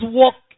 walk